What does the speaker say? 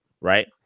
right